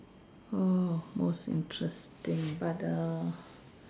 oh most interesting but the